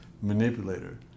Manipulator